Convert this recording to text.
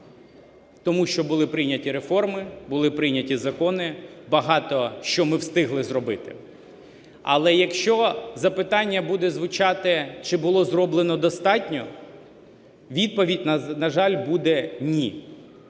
Тому що були прийняті реформи, були прийняті закони, багато що ми встигли зробити. Але якщо запитання буде звучати – чи було зроблено достатньо? Відповідь, на жаль, буде – ні.